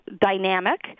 dynamic